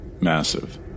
massive